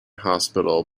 hospital